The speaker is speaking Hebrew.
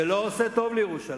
זה לא עושה טוב לירושלים.